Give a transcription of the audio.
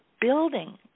building